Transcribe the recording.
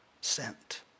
sent